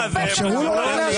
השיפוצים?